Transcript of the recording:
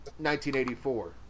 1984